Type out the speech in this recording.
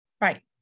Right